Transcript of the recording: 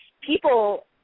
People